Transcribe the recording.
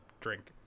drink